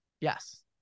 Yes